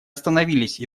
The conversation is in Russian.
остановились